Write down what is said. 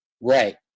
Right